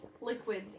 liquids